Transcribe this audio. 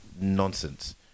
nonsense